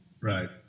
right